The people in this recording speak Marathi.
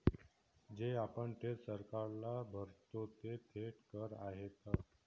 जे आपण थेट सरकारला भरतो ते थेट कर आहेत